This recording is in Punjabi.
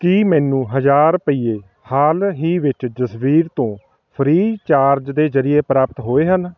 ਕੀ ਮੈਨੂੰ ਹਜ਼ਾਰ ਰੁਪਏ ਹਾਲ ਹੀ ਵਿੱਚ ਜਸਬੀਰ ਤੋਂ ਫ੍ਰੀਚਾਰਜ ਦੇ ਜਰੀਏ ਪ੍ਰਾਪਤ ਹੋਏ ਹਨ